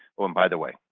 oh and by the way,